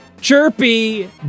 Chirpy